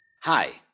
Hi